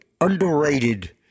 underrated